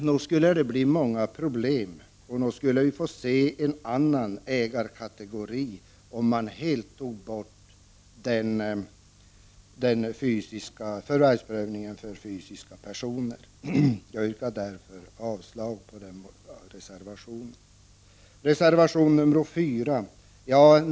Det skulle dock medföra många problem och vi skulle få en annan ägarkategori om man helt tog bort förvärvsprövningen för fysiska personer. Jag yrkar därför avslag på reservationen. Uttalande om lantbruksnämndernas verksamhet tas upp i reservation 4.